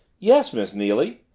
yes, miss neily.